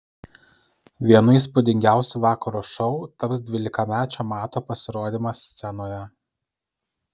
vienu įspūdingiausių vakaro šou taps dvylikamečio mato pasirodymas scenoje